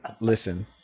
listen